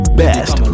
best